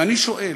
ואני שואל,